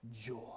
joy